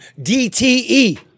DTE